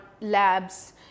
labs